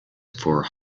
for